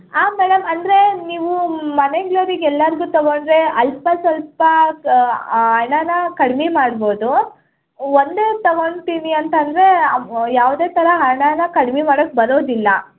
ಹಾಂ ಮೇಡಮ್ ಅಂದರೆ ನೀವು ಮನೆಯಲ್ಲಿರೋರಿಗೆಲ್ಲರ್ಗೂ ತೊಗೊಂಡ್ರೆ ಅಲ್ಪ ಸ್ವಲ್ಪ ಹಣನ ಕಡಿಮೆ ಮಾಡ್ಬೋದು ಒಂದೇ ತೊಗೊಳ್ತೀವಿ ಅಂತ ಅಂದ್ರೆ ಯಾವುದೇ ಥರ ಹಣನ ಕಡಿಮೆ ಮಾಡೋಕೆ ಬರೋದಿಲ್ಲ